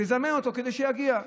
שתזמן אותו כדי שיגיע.